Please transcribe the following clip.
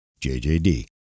JJD